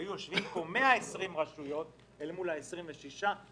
היו יושבים פה 120 רשויות שהיו באים אליך בטענות על מה שעשית.